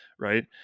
right